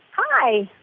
hi!